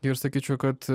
ir sakyčiau kad